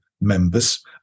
members